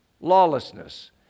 Lawlessness